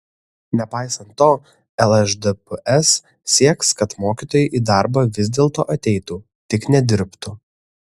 nepaisant to lšdps sieks kad mokytojai į darbą vis dėlto ateitų tik nedirbtų